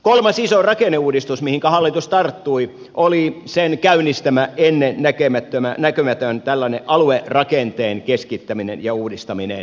neljäs iso rakenneuudistus mihinkä hallitus tarttui oli sen käynnistämä ennennäkemätön aluerakenteen keskittäminen ja uudistaminen